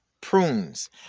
prunes